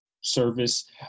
service